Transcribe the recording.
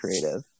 creative